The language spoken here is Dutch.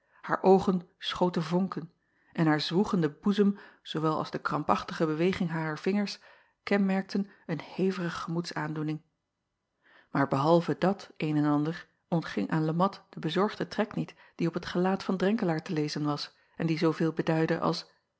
haar oogen schoten vonken en haar zwoegende boezem zoowel als de krampachtige beweging harer vingers kenmerkten een hevige gemoedsaandoening aar behalve dat een en ander ontging aan e at de bezorgde trek niet die op het gelaat van renkelaer te lezen was en die zooveel beduidde als